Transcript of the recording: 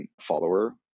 follower